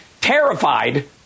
terrified